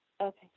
Okay